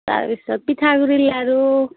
তাৰপিছত পিঠাগুড়িৰ লাৰু